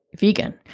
vegan